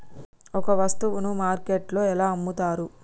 ఒక వస్తువును మార్కెట్లో ఎలా అమ్ముతరు?